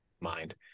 mind